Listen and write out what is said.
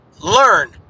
learn